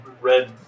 red